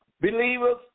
Believers